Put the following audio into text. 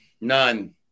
None